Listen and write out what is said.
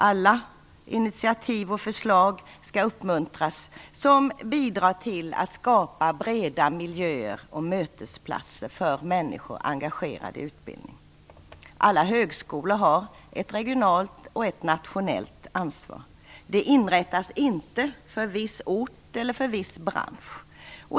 Alla initiativ och förslag skall uppmuntras som bidrar till att skapa breda miljöer och mötesplatser för människor engagerade i utbildning. Alla högskolor har ett regionalt och ett nationellt ansvar. De inrättas inte för viss ort eller för viss bransch.